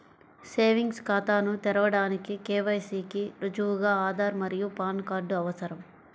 savings ఖాతాను తెరవడానికి KYC కి రుజువుగా ఆధార్ మరియు పాన్ కార్డ్ అవసరం